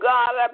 God